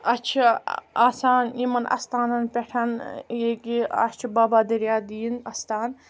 اَسہِ چھُ آسان یِمن آستانَن پٮ۪ٹھ تہِ کہِ اَسہِ چھُ بابا دریادین آستان